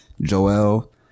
Joel